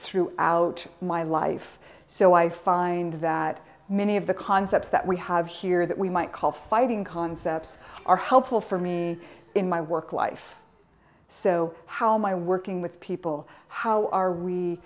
throughout my life so i find that many of the concepts that we have here that we might call fighting concepts are helpful for me in my work life so how my working with people how are we